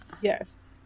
Yes